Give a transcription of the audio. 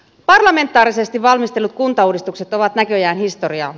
parlamentaarisesti valmistellut kuntauudistukset ovat näköjään historiaa